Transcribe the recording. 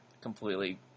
completely